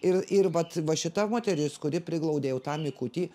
ir ir vat va šita moteris kuri priglaudė jau tą mikutį